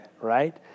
right